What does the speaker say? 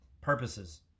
purposes